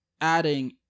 adding